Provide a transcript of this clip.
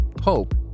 hope